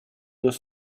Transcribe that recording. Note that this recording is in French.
deux